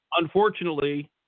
unfortunately